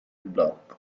block